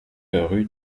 rue